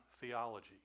theology